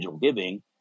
giving